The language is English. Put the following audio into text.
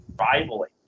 rivaling